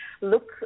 look